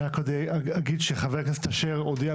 אני רק אגיד שחבר הכנסת אשר הודיע,